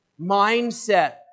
mindset